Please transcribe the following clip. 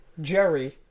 Jerry